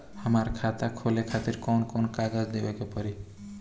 हमार खाता खोले खातिर कौन कौन कागज देवे के पड़ी?